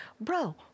bro